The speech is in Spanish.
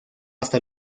hasta